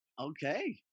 Okay